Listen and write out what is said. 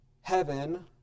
heaven